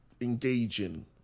engaging